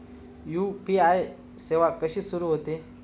UPI सेवा कशी सुरू होते?